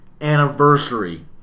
anniversary